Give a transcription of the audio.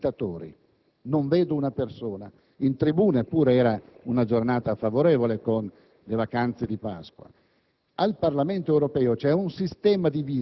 silenziosa, ma attenta, di visitatori. Qui oggi non vedo una persona in tribuna, eppure era una giornata favorevole con le vacanze di Pasqua.